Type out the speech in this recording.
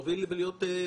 הזה.